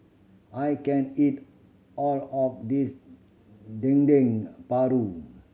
I can't eat all of this Dendeng Paru